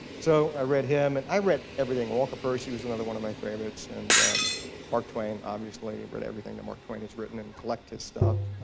so i read him and i read everything. walker percy was another one of my favorites, and mark twain, obviously. i've read everything that mark twain has written, and collect his stuff.